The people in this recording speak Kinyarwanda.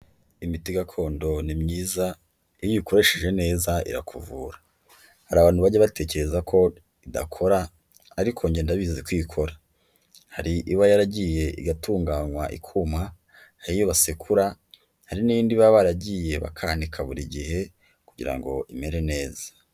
Imiti gakondo ni myiza, iyo uyikoresheje neza irakuvura. Hari abantu bajye batekereza ko idakora ariko njye ndabizi ko ikora. Hari iba yaragiye igatunganywa, ikuma, hari iyo basekura, hari n'indi baba baragiye bakanika buri gihe kugira ngo imere neza.